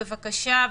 בבקשה,